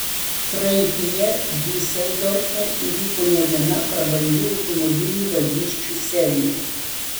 praeityje diuseldorfe įvyko ne viena prabangių automobilių vagysčių serija